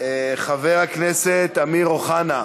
חבר הכנסת אמיר אוחנה,